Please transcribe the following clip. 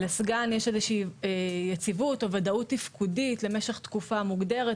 לסגן יש איזושהי יציבות או וודאות תפקודית למשך תקופה מוגדרת.